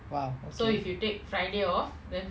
!wow! okay